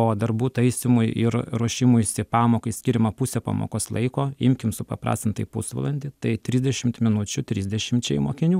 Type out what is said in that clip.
o darbų taisymui ir ruošimuisi pamokai skiriama pusė pamokos laiko imkim supaprastintai pusvalandį tai trisdešimt minučių trisdešimčiai mokinių